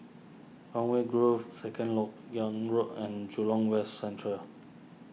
Conway Grove Second Lok Yang Road and Jurong West Central